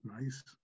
nice